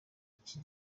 iki